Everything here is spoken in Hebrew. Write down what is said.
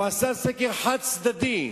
הוא עשה סקר חד-צדדי,